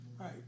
Right